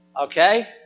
Okay